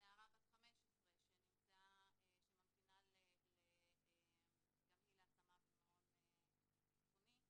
נערה בת 15 שממתינה גם היא להשמה במעון אבחוני,